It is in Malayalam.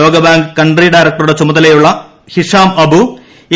ലോകബാങ്ക് കൺട്രി ഡയറക്ടറുടെ ചുമതലയുള്ള ഹിഷാം അബു എ